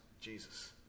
Jesus